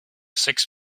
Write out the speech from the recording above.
sechs